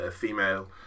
female